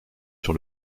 sur